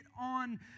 on